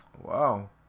Wow